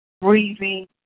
breathing